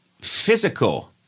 physical